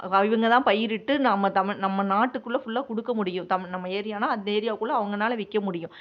அவங்கதா பயிரிட்டு நம்ம தமிழ் நம்ம நாட்டுக்குள்ளே ஃபுல்லாக கொடுக்க முடியும் தமிழ் நம்ம ஏரியானால் அந்த ஏரியாக்குள்ளே அவங்கனால விற்க முடியும்